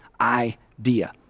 idea